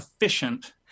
efficient